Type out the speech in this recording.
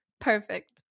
Perfect